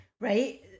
right